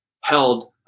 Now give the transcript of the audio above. held